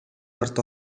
ард